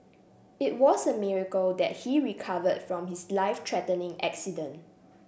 it was a miracle that he recovered from his life threatening accident